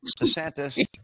DeSantis